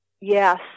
Yes